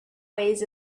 ways